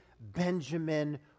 Benjamin